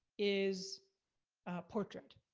is portrait.